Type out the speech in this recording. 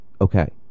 okay